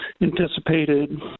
anticipated